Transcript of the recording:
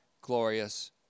glorious